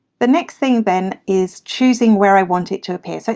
the next thing then is choosing where i want it to appear. so